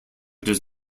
does